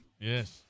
Yes